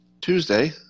Tuesday